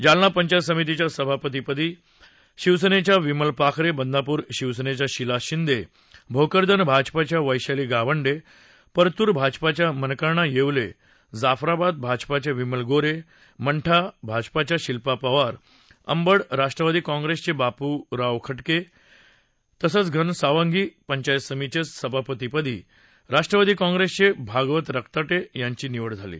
जालना पंचायत समितीच्या सभापतीपदी शिवसेनेच्या विमल पाखरे बदनापूर शिवसेनेच्या शिला शिंदे भोकरदन भाजपाच्या वैशाली गावंडे परतूर भाजपाच्या मनकर्णा येवले जाफराबाद भाजपाच्या विमल गोरे मंठा भाजपाच्या शिल्पा पवार अंबड राष्ट्रवादी काँग्रेसचे बाप्राव खटके तसंच घनसावंगी पंचायत समितीच्या सभापतीपदी राष्ट्रवादी काँग्रेसचे भागवत रक्ताटे यांची निवड झाली आहे